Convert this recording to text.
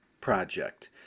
project